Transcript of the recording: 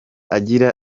agira